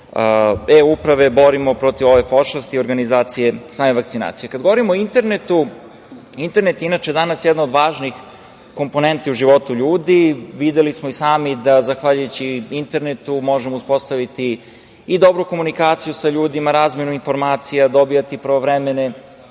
e-Uprave borimo protiv ove pošasti i organizacije same vakcinacije. Kada govorimo o internetu, internet je inače danas jedna od važnih komponenti u životu ljudi. Videli smo i sami da zahvaljujući internetu možemo uspostaviti i dobru komunikaciju sa ljudima, razmenu informacija, dobijate i pravovremene